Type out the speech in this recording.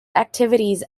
activities